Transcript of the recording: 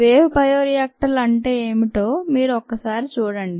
wave bio రియాక్టర్లు అంటే ఏమిటో మీరు ఒక్కసారి చూడండి